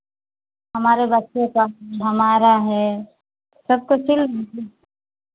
हमारे बच्चों का हमारा है सबका सिल दीजिए